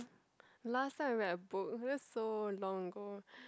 last time I read a book that's so long ago